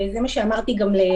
וזה גם מה שאמרתי לחברה,